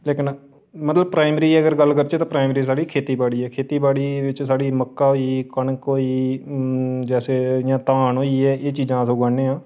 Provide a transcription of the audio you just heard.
लेकिन मतलब प्राइमरी साढ़ी खेती बाड़ी ऐ खेती बाड़ी च साढ़े मक्कां होई गेई कनक होई गेई जैसे जि'यां धान होई गे धान अस उगान्ने आं